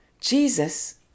Jesus